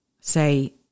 say